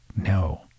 No